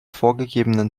vorgegebenen